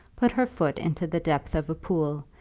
put her foot into the depth of a pool,